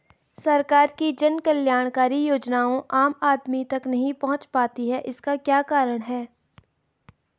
सरकार की जन कल्याणकारी योजनाएँ आम आदमी तक नहीं पहुंच पाती हैं इसका क्या कारण है?